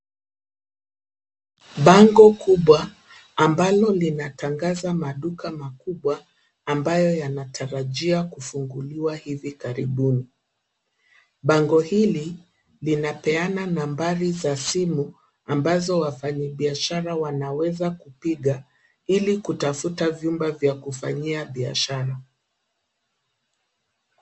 Bango kubwa ambalo linatangaza maduka makubwa ambayo yanatarajiwa kufunguliwa hivi karibuni, bango hili linapeana nambari za simu ambazo wafanyi biashara wanaweza kupiga ili kutafuta vyumba vya kufanyia biashara.